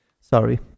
Sorry